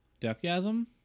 Deathgasm